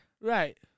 Right